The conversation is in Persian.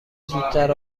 زودتر